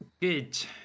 good